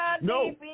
No